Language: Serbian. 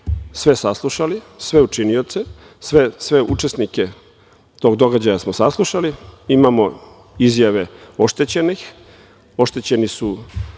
sve saslušali, sve učinioce, sve učesnike tog događaja smo saslušali, imamo izjave oštećenih. Oštećeni su